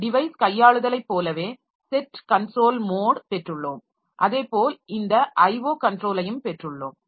device கையாளுதலைப் போலவே set console mode பெற்றுள்ளோம் அதேபோல் இந்த ioctl ஐயும் பெற்றுள்ளோம்